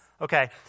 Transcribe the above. okay